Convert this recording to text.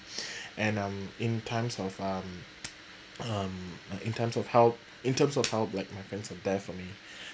and um in times of um um in times of help in terms of how like my friends were there for me